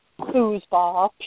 Foosball